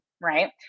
right